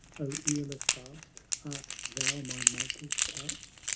o earless vast, art thou my maker's couch?